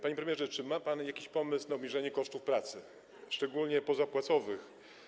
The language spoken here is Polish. Panie premierze, czy ma pan jakiś pomysł na obniżenie kosztów pracy, szczególnie pozapłacowych?